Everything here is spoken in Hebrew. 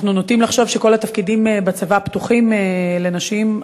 אנחנו נוטים לחשוב שכל התפקידים בצבא פתוחים לנשים,